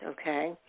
okay